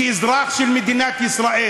כאזרח של מדינת ישראל: